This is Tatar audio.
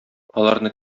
аларны